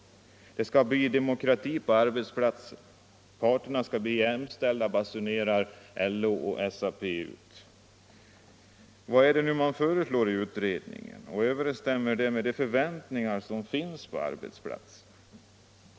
Det skall bli demokrati på arbetsplatsen. Parterna blir jämställda, basunerar LO och SAP ut. Men vad är det nu man föreslår i utredningen, och överensstämmer det med de förväntningar som finns ute på arbetsplatserna?